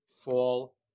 fall